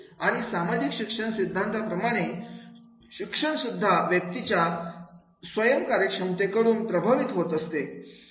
आणि सामाजिक शिक्षण सिद्धांताप्रमाणे शिक्षण सुद्धा व्यक्तीच्या स्वयम् कार्यक्षमते कडून प्रभावित होत असते